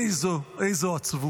איזו, איזו עצבות.